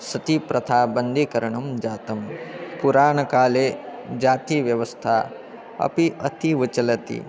सतिप्रथा बन्धीकरणं जातं पुराणकाले जातिव्यवस्था अपि अतीव चलति